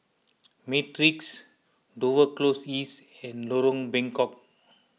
Matrix Dover Close East and Lorong Bengkok